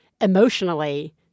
emotionally